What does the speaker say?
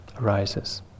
arises